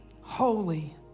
holy